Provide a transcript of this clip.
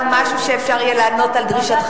השר מציע ועדת חוץ